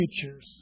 futures